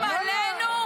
האנשים האלה,